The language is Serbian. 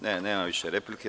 Nema više replike.